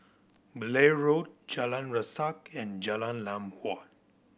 Blair Road Jalan Resak and Jalan Lam Huat